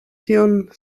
tion